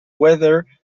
whether